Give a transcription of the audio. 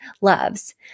loves